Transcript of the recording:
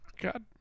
God